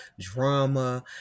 drama